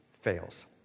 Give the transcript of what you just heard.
fails